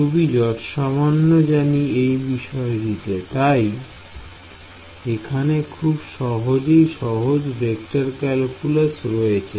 ভাই এখানে একটি খুবই সহজ ভেক্টর ক্যালকুলাস রয়েছে